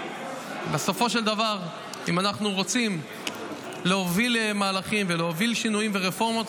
בסופו של דבר אם אנחנו רוצים להוביל מהלכים ולהוביל שינויים ורפורמות,